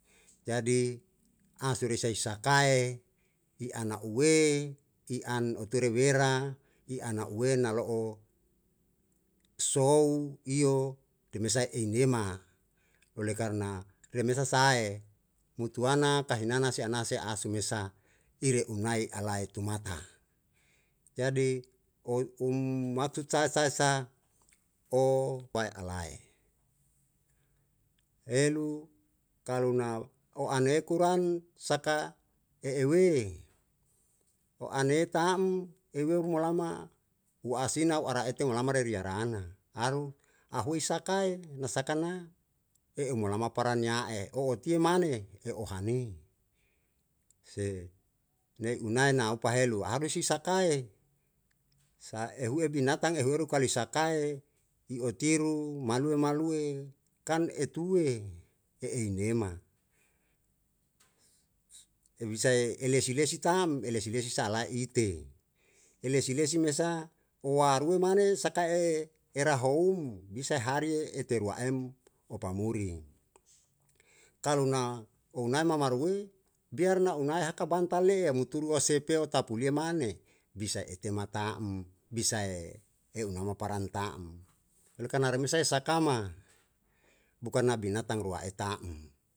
Jadi a sure isai sakae i ana ue i an eutere wera i ana ue nalo'o sou iyo pemesa ei nie ma oleh karna remesa sae mutua kahinana se anase a su mesa i re unai alae tumata. jadi oe ummaksud sae sae sa o wae alae, helu kalu na o ane kuran saka e ewe o ane ta'm eue umolama u asina u ara ete olama re riana aru ahui sakae na sakana e eu molama parania'e o otie mane e ohani se me inae na opa helu harus i sakae sa ehu e binatang ehu eru kali sakae i otiru malue e malue kan etue e einiema ehu isae elesi lesi ta'm elesi lesi sa'alae ite elesi lesi mesa oarue mane sakae erahoum bisa harie eteruaem opamuri kalu na onae ma maruei biar na unae haka bantal le'e yau muturu osepeo tau pulie mane bisa ete ma ta'm bisae e olama paran ta'm oleh karna remisae sakama bukan na binatang rua eta'm.